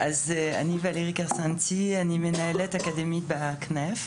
אני מנהלת אקדמית ב-Cnef,